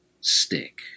stick